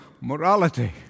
morality